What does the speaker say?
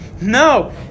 No